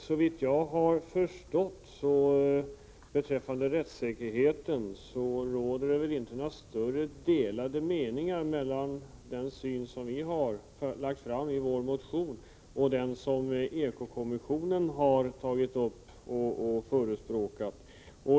Såvitt jag förstår finns det inga större skillnader beträffande rättssäkerheten mellan den syn som vi framför i vår motion och den som eko-kommissionen framfört.